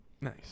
Nice